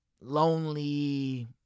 lonely